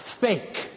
Fake